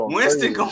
Winston